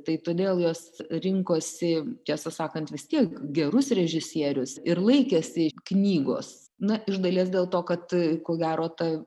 tai todėl jos rinkosi tiesą sakant vis tiek gerus režisierius ir laikėsi knygos na iš dalies dėl to kad ko gero ta